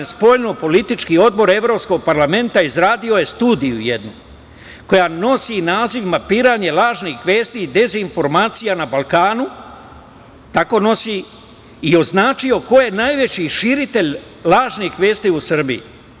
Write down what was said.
Spoljnopolitički odbor Evropskog parlamenta je izradio studiju jednu koja nosi naziv "Mapiranje lažnih vesti i dezinformacija na Balkanu" i označio ko je najveći širitelj lažnih vesti u Srbiji.